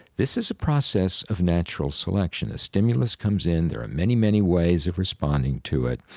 this is a process of natural selection. a stimulus comes in. there are many, many ways of responding to it.